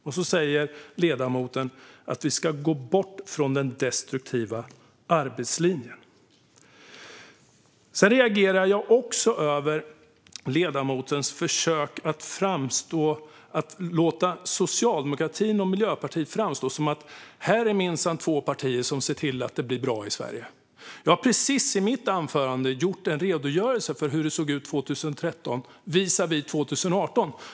Och så säger ledamoten att vi ska gå bort från den destruktiva arbetslinjen! Jag reagerar också över ledamotens försök att få Socialdemokraterna och Miljöpartiet att framstå som två partier som minsann ser till att det blir bra i Sverige. Jag gav precis i mitt anförande en redogörelse för hur det såg ut 2013 visavi 2018.